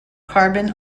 carbon